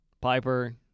Piper